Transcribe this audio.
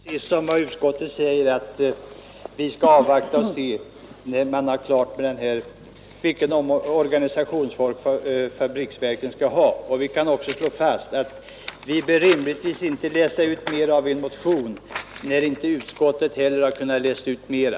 Herr talman! Det är precis vad utskottet säger: Man bör avvakta till dess det är klart vilken organisationsform fabriksverken skall ha. Jag vill också slå fast att vi här inte rimligtvis bör läsa ut mer av en motion än utskottet har kunnat göra.